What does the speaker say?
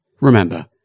Remember